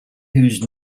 whose